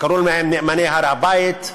שקראו להם "נאמני הר-הבית",